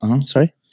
Sorry